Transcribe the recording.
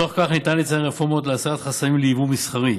בתוך כך ניתן לציין רפורמות להסרת חסמים לייבוא מסחרי,